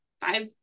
five